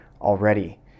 already